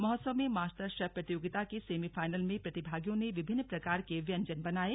महोत्सव में master chef प्रतियोगिता के सेमीफाइनल में प्रतिभागियों ने विभिन्न प्रकार के व्यंजन बनाये